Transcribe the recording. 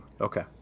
Okay